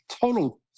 total